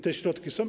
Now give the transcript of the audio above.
Te środki są.